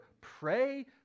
Pray